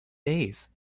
days